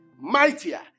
mightier